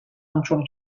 همچون